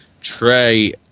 Trey